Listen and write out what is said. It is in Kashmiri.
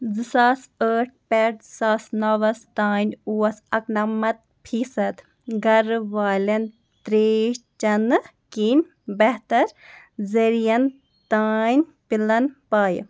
زٕ ساس ٲٹھ پٮ۪ٹھ زٕ ساس نوَس تام اوس اکنَمَت فیٖصد گَر والٮ۪ن تریش چٮ۪نہٕ کِنۍ بہتر ذٔریَن تام پِلَن پایہِ